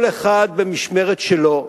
כל אחד במשמרת שלו,